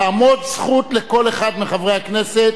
תעמוד זכות לכל אחד מחברי הכנסת,